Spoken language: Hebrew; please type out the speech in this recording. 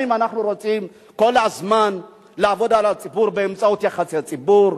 האם אנחנו רוצים כל הזמן לעבוד על הציבור באמצעות יחסי ציבור,